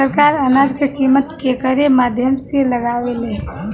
सरकार अनाज क कीमत केकरे माध्यम से लगावे ले?